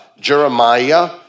Jeremiah